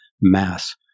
mass